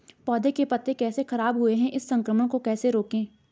पौधों के पत्ते कैसे खराब हुए हैं इस संक्रमण को कैसे रोकें?